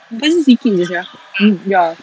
burn skin jer sia mm ya